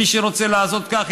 מי שרוצה לעשות כך,